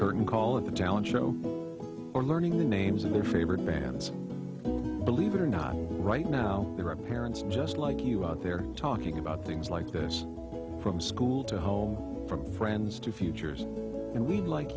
curtain call of the talent show or learning the names of their favorite bands believe it or not right now there are parents just like you out there talking about things like this from school to home from friends to futures and we'd like